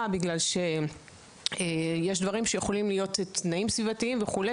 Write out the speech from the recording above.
בגלל שיש דברים שיכולים להיות תנאים סביבתיים וכו',